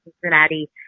Cincinnati